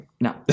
No